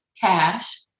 cash